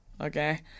Okay